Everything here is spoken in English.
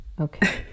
Okay